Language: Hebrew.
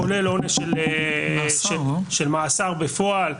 כולל עונש של מאסר בפועל.